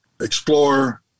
Explore